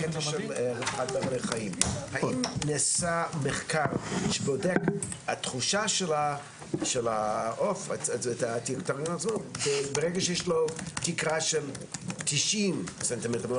האם נעשה מחקר לגבי תחושת העוף ברגע שיש לה תקרה של 90 סנטימטרים?